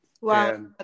Wow